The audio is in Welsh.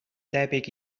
debyg